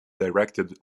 directed